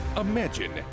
Imagine